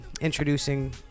introducing